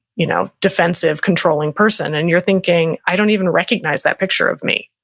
you know defensive controlling person and you're thinking, i don't even recognize that picture of me.